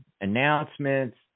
announcements